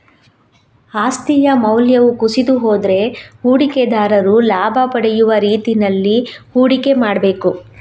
ಆಸ್ತಿಯ ಮೌಲ್ಯವು ಕುಸಿದು ಹೋದ್ರೆ ಹೂಡಿಕೆದಾರರು ಲಾಭ ಪಡೆಯುವ ರೀತಿನಲ್ಲಿ ಹೂಡಿಕೆ ಮಾಡ್ಬೇಕು